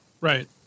Right